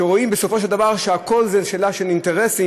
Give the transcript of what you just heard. כשרואים בסופו של דבר שהכול זה שאלה של אינטרסים,